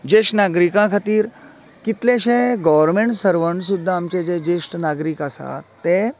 जेश्ट नागरिकां खातीर कितलेंशें गोवरमेन्ट सर्वन्ट सुद्दां आमचे जे जेश्ट नागरीक आसा ते